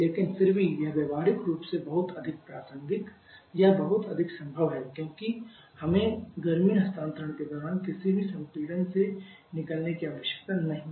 लेकिन फिर भी यह व्यावहारिक रूप से बहुत अधिक प्रासंगिक या बहुत अधिक संभव है क्योंकि हमें गर्मी हस्तांतरण के दौरान किसी भी संपीड़न से निपटने की आवश्यकता नहीं है